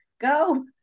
go